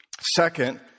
Second